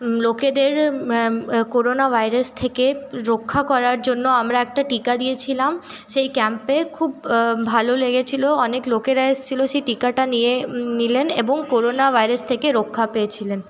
লোকেদের corona virus থেকে রক্ষা করার জন্য আমরা একটা টীকা দিয়েছিলাম সেই ক্যাম্পে খুব ভালো লেগেছিলো অনেক লোকেরা এসেছিলো সেই টীকাটা নিয়ে নিলেন এবং করোনা ভাইরাস থেকে রক্ষা পেয়েছিলেন